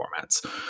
formats